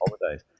holidays